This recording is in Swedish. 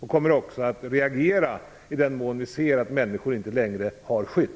Vi kommer också att reagera i den mån vi ser att människor inte längre har skydd.